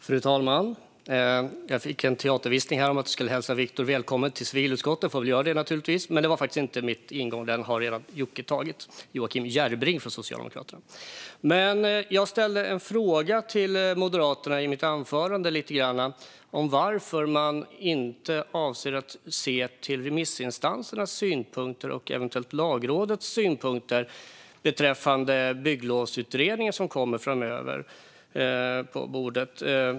Fru talman! Jag fick en teaterviskning om att jag skulle hälsa Viktor Wärnick välkommen till civilutskottet. Det gör jag naturligtvis. Men det har redan gjorts av Joakim Järrebring från Socialdemokraterna. Jag ställde en fråga till Moderaterna i mitt anförande om varför de inte avser att se till remissinstansernas synpunkter och eventuellt Lagrådets synpunkter beträffande bygglovsutredningen som kommer framöver.